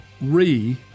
re